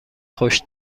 خوش